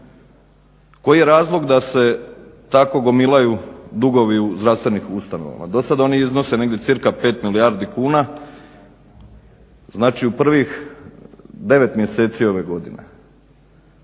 Koji je razlog da se tako gomilaju dugovi zdravstvenih ustanova? Do sada oni negdje iznose cca 5 milijardi kuna, znači u prvih 9 mjeseci ove godine.